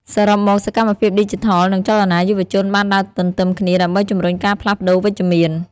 សរុបមក សកម្មភាពឌីជីថលនិងចលនាយុវជនបានដើរទន្ទឹមគ្នាដើម្បីជំរុញការផ្លាស់ប្ដូរវិជ្ជមាន។